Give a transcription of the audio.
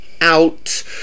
out